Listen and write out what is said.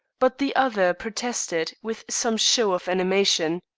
but the other protested with some show of animation.